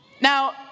Now